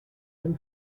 him